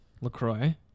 LaCroix